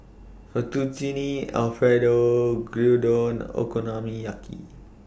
Fettuccine Alfredo Gyudon Okonomiyaki